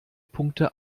punkte